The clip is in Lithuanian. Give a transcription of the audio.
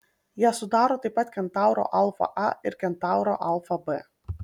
ją sudaro taip pat kentauro alfa a ir kentauro alfa b